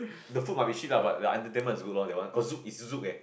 the food might be shit lah but the entertainment is good lor that one oh Zouk it's Zouk eh